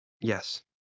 Yes